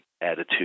attitude